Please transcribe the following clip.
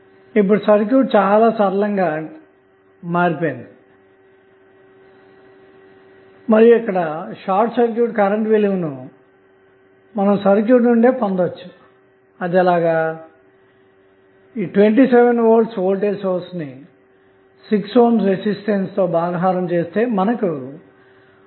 ఇప్పుడు సర్క్యూట్ చాలా సరళంగా మారింది మరియు ఇక్కడ షార్ట్ సర్క్యూట్ కరెంట్ విలువను సర్క్యూట్ నుండే పొందవచ్చు అదెలాగంటే 27 V వోల్టేజ్ సోర్స్ ను 6 ohm రెసిస్టెన్స్ చే భాగిస్తే మనకు 4